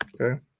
Okay